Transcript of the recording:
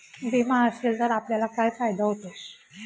विमा असेल तर आपल्याला काय फायदा होतो?